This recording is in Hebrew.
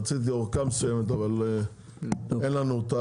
רצינו איזושהי אורכה מסוימת אבל אין לנו אותה.